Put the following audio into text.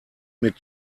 mit